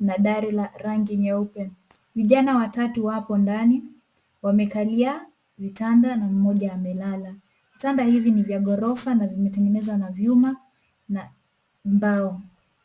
na dari la rangi nyeupe. Vijana watatu wapo ndani ,wamekalia vitanda na mmoja amelala. Vitanda hivi ni vya ghorofa na vimetengenezwa na vyuma na mbao.